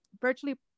virtually